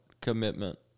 commitment